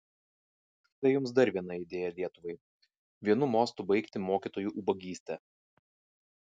štai jums dar viena idėja lietuvai vienu mostu baigti mokytojų ubagystę